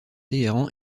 téhéran